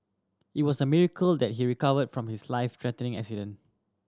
it was a miracle that he recovered from his life threatening accident